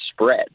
spread